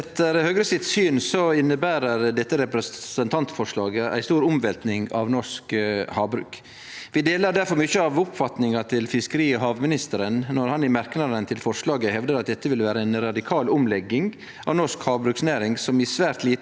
Etter Høgre sitt syn inneber dette representantforslaget ei stor omvelting av norsk havbruk. Vi deler difor mykje av oppfatninga til fiskeri- og havministeren når han i merknadane til forslaget hevdar at dette vil vere ei radikal omlegging av norsk havbruksnæring som i svært liten